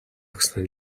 өгсөн